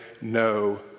no